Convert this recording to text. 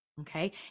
Okay